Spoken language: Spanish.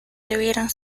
debieron